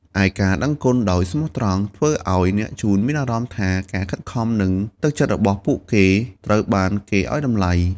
ឯការដឹងគុណដោយស្មោះត្រង់ ធ្វើឲ្យអ្នកជូនមានអារម្មណ៍ថាការខិតខំ និងទឹកចិត្តរបស់ពួកគេត្រូវបានគេឱ្យតម្លៃ។